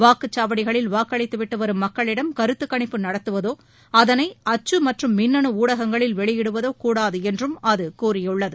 வாக்குச்சாவடிகளில் வாக்களித்துவிட்டு வரும் மக்களிடம் கருத்து கணிப்பு நடத்துவதோ அதனை அச்சு மற்றும் மின்னணு ஊடகங்களில் வெளியிடுவதோ கூடாது என்று அது கூறியுள்ளது